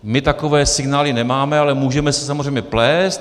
My takové signály nemáme, ale můžeme se samozřejmě plést.